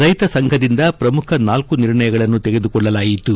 ರೈತ ಸಂಘದಿಂದ ಪ್ರಮುಖ ನಾಲ್ಕು ನಿರ್ಣಯಗಳನ್ನು ತೆಗೆದುಕೊಳ್ಳಲಾಯಿತು